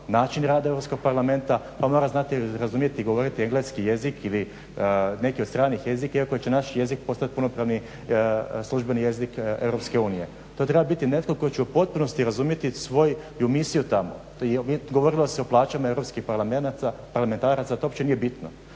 način rada Europskog parlamenta, mora znati razumjeti i govoriti engleski jezik ili neki od stranih jezika iako će naš jezik postat punopravni službeni jezik Europske unije. To treba biti netko tko će u potpunosti razumjeti svoju misiju tamo. Govorilo se o plaćama europskih parlamentaraca, to uopće nije bitno,